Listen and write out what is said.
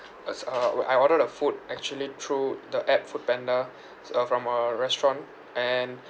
as uh wa~ I ordered a food actually through the app foodpanda s~ uh from a restaurant and